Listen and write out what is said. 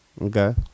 Okay